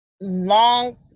long